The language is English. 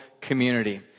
community